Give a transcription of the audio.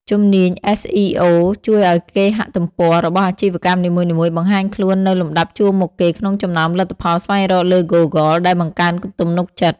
ជំនាញ SEO ជួយឱ្យគេហទំព័ររបស់អាជីវកម្មនីមួយៗបង្ហាញខ្លួននៅលំដាប់ជួរមុខគេក្នុងចំណោមលទ្ធផលស្វែងរកលើ Google ដែលបង្កើនទំនុកចិត្ត។